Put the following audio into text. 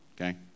okay